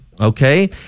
Okay